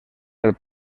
del